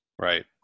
Right